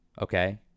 Okay